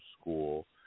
school